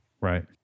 Right